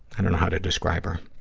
i don't know how to describe her.